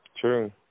True